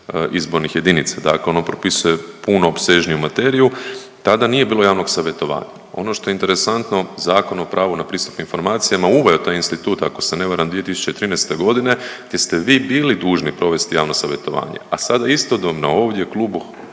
izbornih jedinica. Dakle, ono propisuje puno opsežniju materiju, tada nije bilo javnog savjetovanja. Ono što je interesantno Zakon o pravu na pristup informacijama uveo je taj institut ako se ne varam 2013. godine te ste vi bili dužni provesti javno savjetovanje, a sada istodobno ovdje klubu